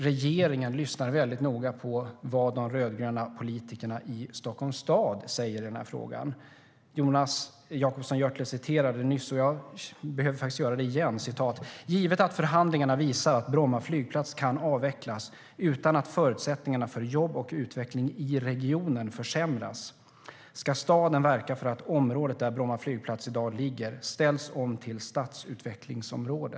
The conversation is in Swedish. Regeringen lyssnar väldigt noga på vad de rödgröna politikerna i Stockholms stad säger i frågan. Jonas Jacobsson Gjörtler citerade nyss, och jag behöver faktiskt citera igen: "Givet att förhandlingarna visar att Bromma flygplats kan avvecklas utan att förutsättningarna för jobb och utveckling i regionen försämras ska staden verka för att området där Bromma flygplats i dag ligger ställs om till stadsutvecklingsområde.